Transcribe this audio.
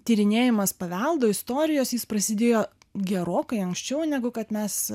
tyrinėjimas paveldo istorijos jis prasidėjo gerokai anksčiau negu kad mes